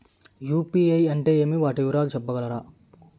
UPI అంటే ఏమి? వాటి వివరాలు సెప్పగలరా?